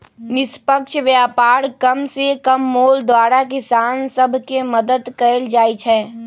निष्पक्ष व्यापार कम से कम मोल द्वारा किसान सभ के मदद कयल जाइ छै